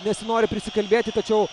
nesinori prisikalbėti tačiau